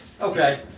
Okay